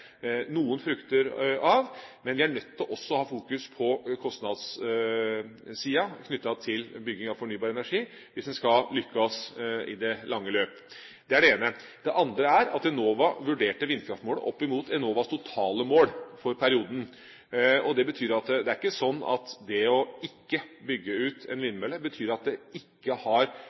knyttet til bygging av fornybar energi, hvis en skal lykkes i det lange løp. Det er det ene. Det andre er at Enova vurderte vindkraftmålet opp mot Enovas totale mål for perioden. Det betyr at det er ikke slik at det å ikke bygge ut en vindmølle betyr at det ikke har